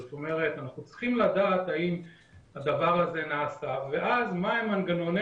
זאת אומרת אנחנו צריכים לדעת האם הדבר הזה נעשה ואז מה הם מנגנוני